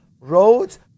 roads